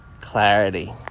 clarity